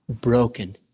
broken